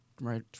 Right